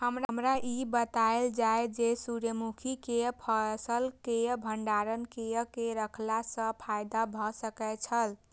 हमरा ई बतायल जाए जे सूर्य मुखी केय फसल केय भंडारण केय के रखला सं फायदा भ सकेय छल?